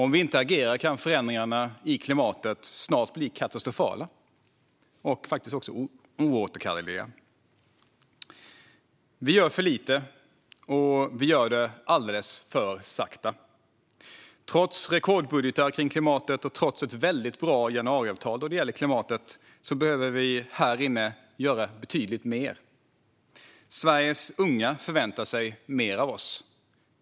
Om vi inte agerar kan förändringarna i klimatet snart bli katastrofala och faktiskt också oåterkalleliga. Vi gör för lite, och vi gör det alldeles för sakta. Trots rekordbudgetar kring klimatet och trots ett väldigt bra januariavtal då det gäller klimatet behöver vi här inne göra betydligt mer. Sveriges unga förväntar sig mer av oss.